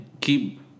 keep